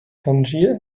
tangier